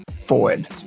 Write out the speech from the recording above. forward